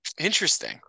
Interesting